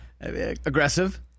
Aggressive